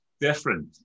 Different